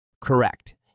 Correct